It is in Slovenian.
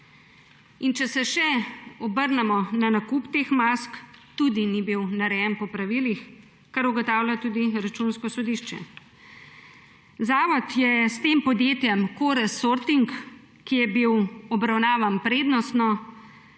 Če se obrnemo še na nakup teh mask, tudi ni bil narejen po pravilih, kar ugotavlja tudi Računsko sodišče. Zavod je s podjetjem Korez-Sorting, ki je bilo obravnavano prednostno,